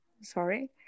Sorry